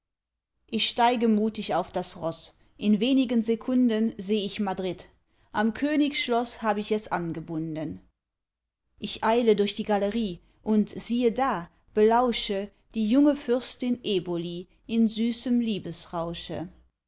ich steige mutig auf das roß in wenigen sekunden seh ich madrid am königsschloß hab ich es angebunden ich eile durch die galerie und siehe da belausche die junge fürstin eboli in süßem